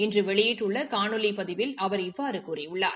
இன்று வெளியிட்டுள்ள காணொலி பதிவில் அவர் இவ்வாறு கூறியுள்ளார்